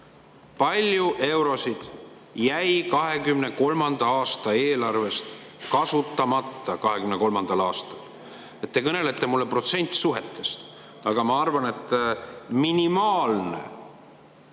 palju eurosid jäi 2023. aasta eelarvest kasutamata 2023. aastal? Te kõnelete mulle protsentsuhetest, aga ma arvan, et minimaalne